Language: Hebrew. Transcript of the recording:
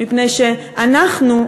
מפני שאנחנו,